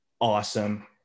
awesome